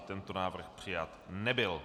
Tento návrh přijat nebyl.